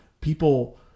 people